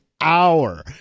hour